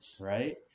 Right